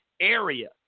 area